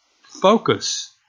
focus